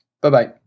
Bye-bye